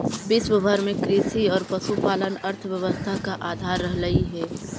विश्व भर में कृषि और पशुपालन अर्थव्यवस्था का आधार रहलई हे